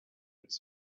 its